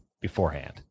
beforehand